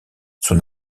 son